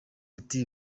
ati